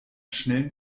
schnellen